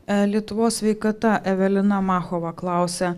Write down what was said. lietuvos sveikata evelina machova klausia